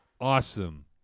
awesome